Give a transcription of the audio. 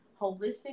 Holistic